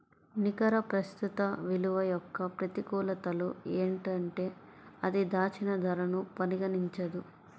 నికర ప్రస్తుత విలువ యొక్క ప్రతికూలతలు ఏంటంటే అది దాచిన ధరను పరిగణించదు